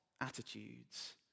attitudes